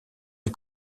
les